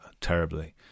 terribly